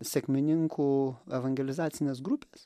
sekmininkų evangelizacinės grupės